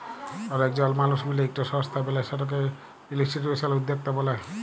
অলেক জল মালুস মিলে ইকট সংস্থা বেলায় সেটকে ইনিসটিটিউসলাল উদ্যকতা ব্যলে